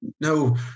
no